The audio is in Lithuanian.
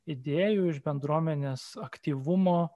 idėjų iš bendruomenės aktyvumo